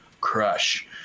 Crush